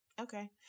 Okay